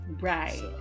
Right